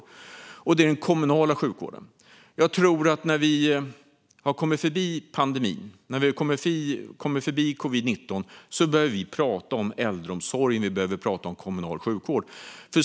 Det handlar om den kommunala sjukvården. När vi har kommit förbi pandemin - när vi har kommit förbi covid-19 - behöver vi tala om äldreomsorgen och om kommunal sjukvård.